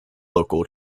local